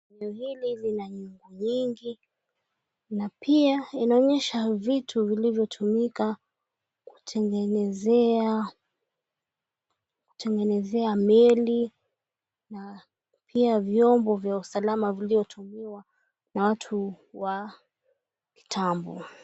Eneo hili lina nyumba nyingi na pia inaonyesha vitu vilivyotumika kutengenezea meli na pia vyombo vya usalama vilivyotumiwa na watu wa kitambo.